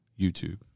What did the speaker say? YouTube